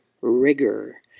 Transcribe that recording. rigor